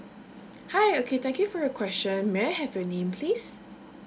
hi okay thank you for your question may I have your name please